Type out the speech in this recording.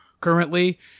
currently